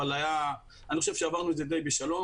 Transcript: אבל אני חושב שעברנו את זה בשלום,